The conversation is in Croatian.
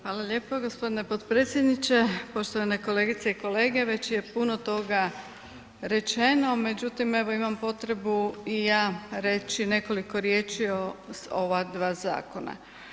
Hvala lijepa gospodine potpredsjedniče, poštovane kolegice i kolege već je puno toga rečeno, međutim evo imam potrebu i ja reći nekoliko riječi o ova dva zakona.